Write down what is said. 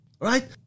right